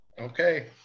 Okay